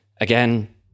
again